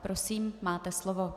Prosím, máte slovo.